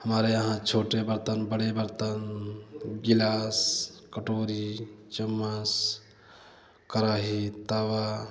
हमारे यहाँ छोटे बर्तन बड़े बर्तन गिलास कटोरी चम्मस कड़ाही तवा